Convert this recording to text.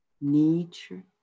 nature